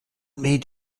made